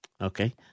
Okay